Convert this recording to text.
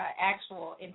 actual